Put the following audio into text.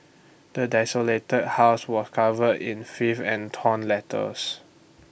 the desolated house was covere in filth and torn letters